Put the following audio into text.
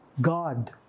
God